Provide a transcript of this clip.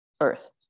earth